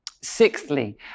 Sixthly